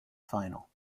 final